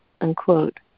unquote